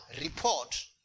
report